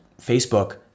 Facebook